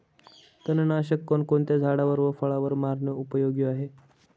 तणनाशक कोणकोणत्या झाडावर व फळावर मारणे उपयोगी आहे?